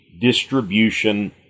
distribution